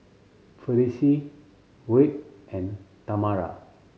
Felicie Wirt and Tamera